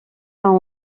peint